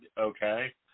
okay